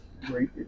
great